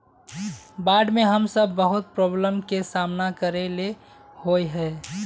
बाढ में हम सब बहुत प्रॉब्लम के सामना करे ले होय है?